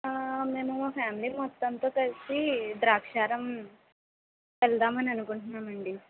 మేము మా ఫ్యామిలీ మొత్తం కలిసి ద్రాక్షారం వెళ్దాం అని అనుకుంటున్నాం అండి